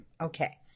okay